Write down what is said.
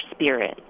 spirit